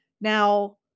Now